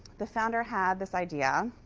the founder had this idea,